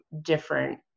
different